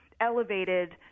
elevated